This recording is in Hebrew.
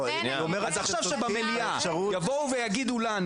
זאת אומרת שעכשיו במליאה יבואו ויגידו לנו